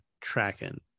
tracking